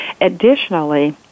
Additionally